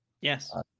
Yes